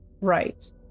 Right